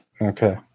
Okay